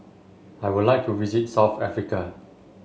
I would like to visit South Africa